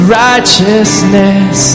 righteousness